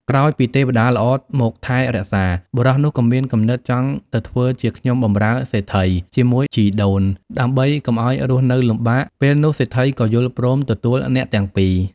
ក្រោយពីទេវតាល្អមកថែរក្សា បុរសនោះក៏មានគំនិតចង់ទៅធ្វើជាខ្ញុំបម្រើសេដ្ឋីជាមួយជីដូន ដើម្បីកុំឲ្យរស់នៅលំបាក ពេលនោះសេដ្ឋីក៏យល់ព្រមទទួលអ្នកទាំងពីរ។